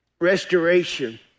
restoration